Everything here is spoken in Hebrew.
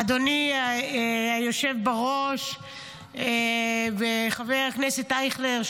אדוני היושב בראש וחבר הכנסת אייכלר,